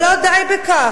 אבל לא די בכך,